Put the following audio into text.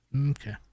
Okay